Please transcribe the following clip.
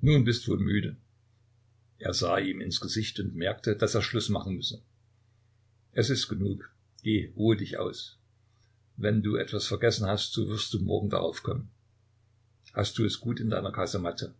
nun bist wohl müde er sah ihm ins gesicht und merkte daß er schluß machen müsse es ist genug geh ruhe dich aus wenn du etwas vergessen hast so wirst du morgen darauf kommen hast du es gut in deiner kasematte